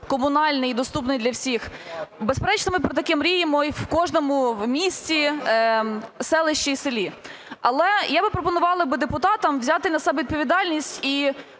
комунальний і доступний для всіх. Безперечно, ми про таке мріємо і в кожному місті, селищі і селі. Але я би пропонувала би депутатам взяти на себе відповідальність і